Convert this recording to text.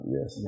Yes